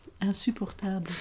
Insupportable